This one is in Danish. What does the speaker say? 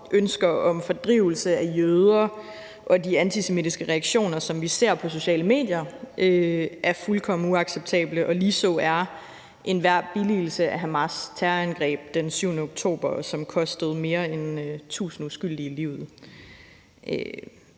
ønske om fordrivelse af jøder, og de antisemitiske reaktioner, vi ser på sociale medier, er fuldkommen uacceptable, og ligeså er enhver billigelse af Hamas' terrorangreb den 7. oktober, der kostede mere end 1.000 uskyldige